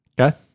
Okay